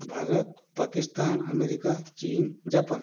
Bharat Pakistan America चीन Japan